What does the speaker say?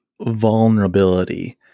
vulnerability